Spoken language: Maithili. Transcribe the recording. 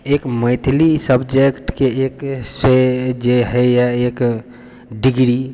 एक मैथिली सबजेक्टके एक सँ जे होइए एक डिग्री